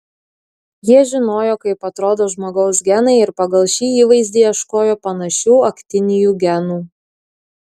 jie žinojo kaip atrodo žmogaus genai ir pagal šį įvaizdį ieškojo panašių aktinijų genų